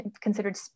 considered